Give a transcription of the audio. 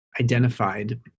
identified